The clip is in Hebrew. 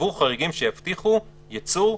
ש"ייקבעו חריגים שיבטיחו ייצור,